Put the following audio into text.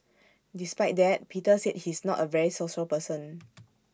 despite that Peter said he's not A very social person